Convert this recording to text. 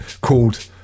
called